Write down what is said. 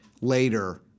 later